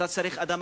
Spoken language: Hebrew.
אתה צריך אדמה,